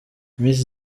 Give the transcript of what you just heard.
miss